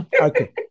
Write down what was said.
Okay